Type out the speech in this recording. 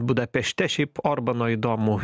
budapešte šiaip orbano įdomu